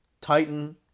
Titan